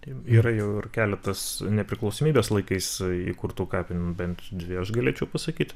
tai yra jau ir keletas nepriklausomybės laikais įkurtų kapinių bent dvi aš galėčiau pasakyti